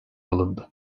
alındı